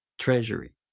Treasury